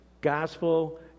gospel